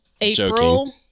April